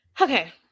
Okay